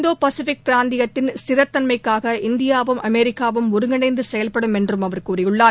இந்தோ Pacific பிராந்தியத்தின் ஸ்திரத்தன்மக்காக இந்தியாவும் அமெரிக்காவும் ஒருங்கிணைந்து செயல்படும் என்று அவர் கூறியுள்ளார்